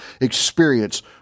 experience